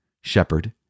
shepherd